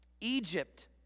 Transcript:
Egypt